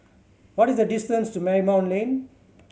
what is the distance to Marymount Lane